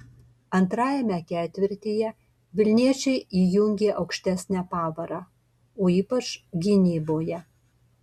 antrajame ketvirtyje vilniečiai įjungė aukštesnę pavarą o ypač gynyboje